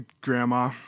grandma